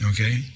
Okay